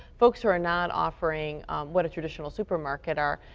folks are are not offering what a traditional supermarket are,